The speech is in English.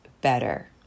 better